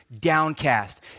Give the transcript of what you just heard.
downcast